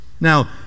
Now